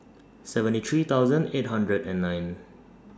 seventy three thousand eight hundred and nine